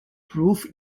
proof